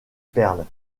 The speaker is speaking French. perles